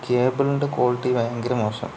കേബിളിൻ്റെ quality ഭയങ്കര മോശം